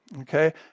okay